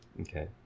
okay